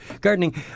gardening